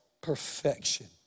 perfection